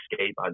escape